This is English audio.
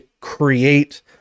create